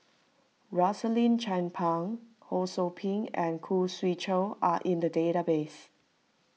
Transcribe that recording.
Rosaline Chan Pang Ho Sou Ping and Khoo Swee Chiow are in the database